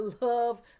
love